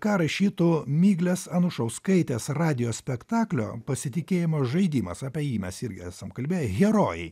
ką rašytų miglės anušauskaitės radijo spektaklio pasitikėjimo žaidimas apie jį mes irgi esam kalbėję herojai